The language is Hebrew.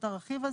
את הרכיב הזה,